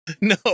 No